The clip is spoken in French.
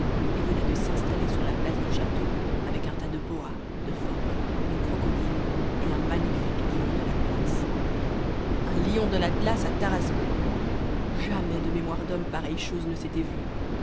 et venait de s'installer sur la place du château avec un tas de boas de phoques de crocodiles et un magnifique lion de l'atlas un lion de l'atlas à tarascon jamais de mémoire d'homme pareille chose ne s'était vue